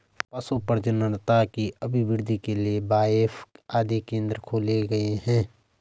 पशु प्रजननता की अभिवृद्धि के लिए बाएफ आदि केंद्र खोले गए हैं